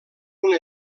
una